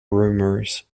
rumours